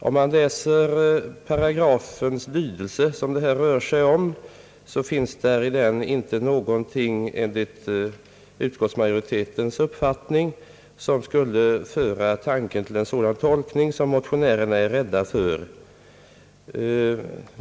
Om man läser lydelsen av den paragraf det rör sig om finns det enligt mutskottsmajoritetens uppfattning inte någonting som för tanken till en sådan tolkning som motionärerna är rädda för.